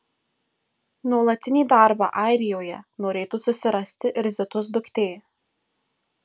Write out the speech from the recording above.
nuolatinį darbą airijoje norėtų susirasti ir zitos duktė